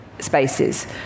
Spaces